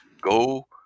go